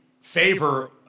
favor